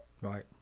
right